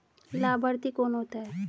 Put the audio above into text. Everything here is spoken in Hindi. लाभार्थी कौन होता है?